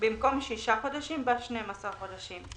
במקום "שישה חודשים" בא "שנים עשר חודשים";